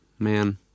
Man